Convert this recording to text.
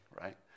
right